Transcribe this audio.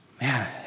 Man